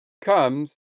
comes